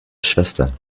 schwestern